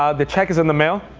ah the check is in the mail.